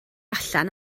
allan